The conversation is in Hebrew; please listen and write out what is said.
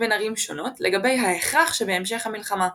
בין ערים שונות לגבי ההכרח שבהמשך המלחמה.